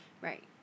Right